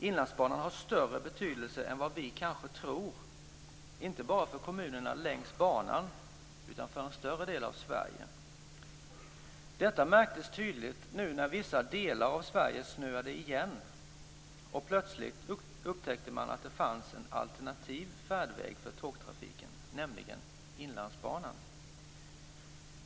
Inlandsbanan har större betydelse än vad vi kanske tror, inte bara för kommunerna längs banan utan för en större del av Sverige. Detta märktes tydligt nu när vissa delar av Sverige snöade igen. Plötsligt upptäckte man att det fanns en alternativ färdväg för tågtrafiken, nämligen Inlandsbanan.